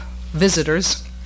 visitors